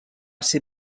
ser